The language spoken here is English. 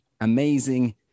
amazing